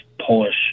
polish